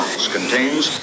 contains